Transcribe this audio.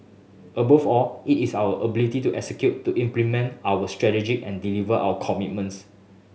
above all it is our ability to execute to implement our strategy and deliver our commitments